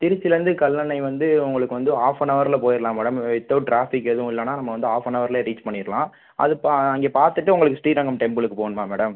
திருச்சிலிருந்து கல்லணை வந்து உங்களுக்கு வந்து ஹாஃப் அன் அவரில் போயிடலாம் மேடம் வித்தவுட் ட்ராஃபிக் எதுவும் இல்லைன்னா நம்ம வந்து ஹாஃப் அன் அவரில் ரீச் பண்ணிடலாம் அது ப அங்கே பார்த்துட்டு உங்களுக்கு ஸ்ரீரங்கம் டெம்புளுக்கு போகணுமா மேடம்